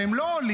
והם לא עולים,